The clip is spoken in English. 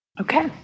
Okay